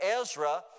Ezra